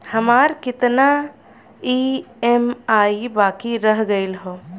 हमार कितना ई ई.एम.आई बाकी रह गइल हौ?